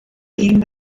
gegen